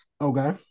okay